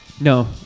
No